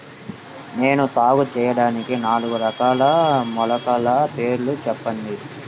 నేను సాగు చేయటానికి నాలుగు రకాల మొలకల పేర్లు చెప్పండి?